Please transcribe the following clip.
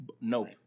Nope